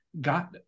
got